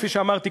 כפי שאמרתי,